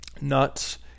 nuts